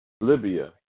Libya